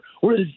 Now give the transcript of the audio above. Whereas